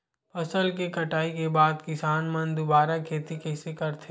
फसल के कटाई के बाद किसान मन दुबारा खेती कइसे करथे?